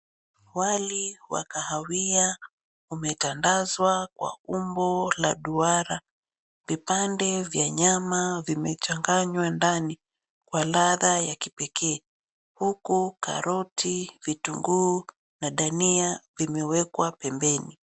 Wali wa kahawia umetandazwa kwa umbo la duara. Vipande vya nyama vimechanganywa ndani kwa ladha ya kipekee huku karoti, vitunguu na dania vimewekwa pembeni.